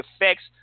effects